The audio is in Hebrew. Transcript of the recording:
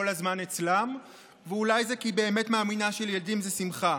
הזמן אצלה ואולי כי היא באמת מאמינה שילדים זה שמחה.